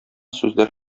сүзләр